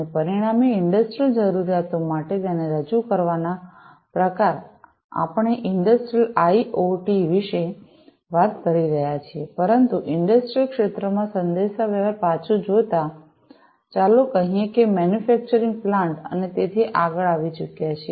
અને પરિણામે ઇંડસ્ટ્રિયલ જરૂરિયાતો માટે તેને રજૂ કરવાના પ્રકારનો આપણે ઇંડસ્ટ્રિયલ આઇઓટી વિશે વાત કરી રહ્યા છીએ પરંતુ ઇંડસ્ટ્રિયલ ક્ષેત્રમાં સંદેશાવ્યવહાર પાછું જોતા ચાલો કહીએ કે મેન્યુફેક્ચરિંગ પ્લાન્ટ્સ અને તેથી આગળ આવી ચૂક્યા છે